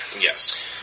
Yes